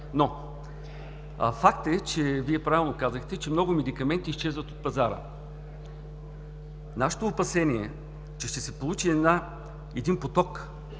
казахте, че много медикаменти изчезват от пазара. Нашето опасение е, че ще се получи един поток